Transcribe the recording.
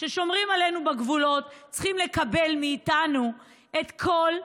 ששומרים עלינו בגבולות צריכים לקבל מאיתנו את כל,